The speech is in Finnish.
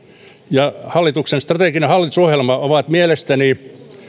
ja hallituksen strateginen hallitusohjelma ovat mielestäni